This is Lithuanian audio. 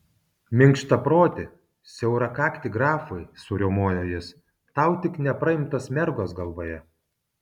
minkštaproti siaurakakti grafai suriaumojo jis tau tik nepraimtos mergos galvoje